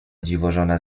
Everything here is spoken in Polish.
dziwożona